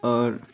आओर